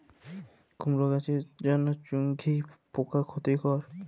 কুমড়ো গাছের জন্য চুঙ্গি পোকা ক্ষতিকর?